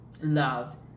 loved